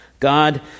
God